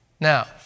Now